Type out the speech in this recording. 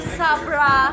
sabra